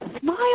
smile